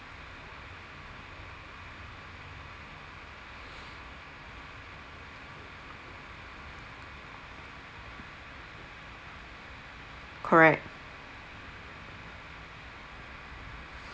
correct